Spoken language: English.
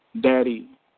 daddy